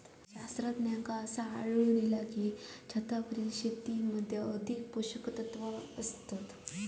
शास्त्रज्ञांका असा आढळून इला आसा की, छतावरील शेतीमध्ये अधिक पोषकतत्वा असतत